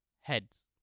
Heads